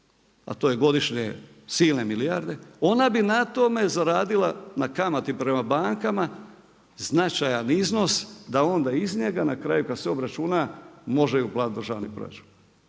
a to je godišnje silne milijarde ona bi na tome zaradila, na kamati prema bankama značajan iznos da onda iz njega na kraju kada se obračuna može i uplatiti u državni proračun.